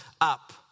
up